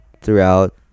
throughout